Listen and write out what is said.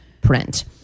print